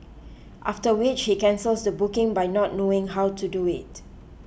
after which he cancels the booking by not knowing how to do it